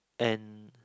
and